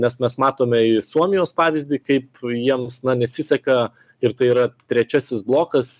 nes mes matome i suomijos pavyzdį kaip jiems na nesiseka ir tai yra trečiasis blokas